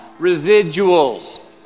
Residuals